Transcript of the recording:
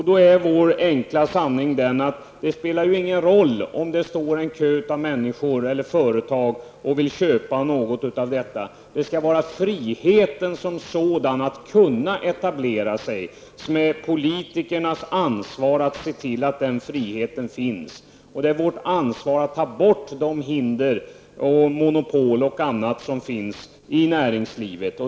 Den enkla sanningen är den att det spelar ingen roll om det står en kö av människor eller företag som vill köpa något av detta. Det är friheten som sådan att kunna etablera sig som är det viktiga, och det är politikernas ansvar att se till att den friheten finns. Det är vårt ansvar att ta bort de hinder och monopol och annat som finns i näringslivet.